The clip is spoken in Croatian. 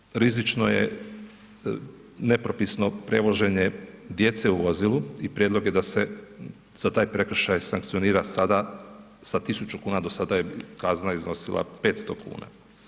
Osobito rizično je nepropisno prevoženje djece u vozilu i prijedlog je da se za taj prekršaj sankcionira sada sa 1000 kuna, do sada je kazna iznosila 500 kuna.